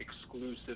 exclusive